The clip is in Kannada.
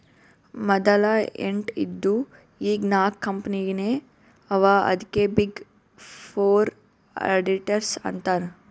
ಮದಲ ಎಂಟ್ ಇದ್ದು ಈಗ್ ನಾಕ್ ಕಂಪನಿನೇ ಅವಾ ಅದ್ಕೆ ಬಿಗ್ ಫೋರ್ ಅಡಿಟರ್ಸ್ ಅಂತಾರ್